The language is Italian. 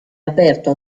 aperto